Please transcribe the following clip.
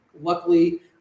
luckily